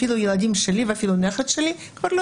אפילו הילדים שלי ואפילו הנכד שלי כבר לא